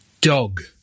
dog